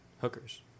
hookers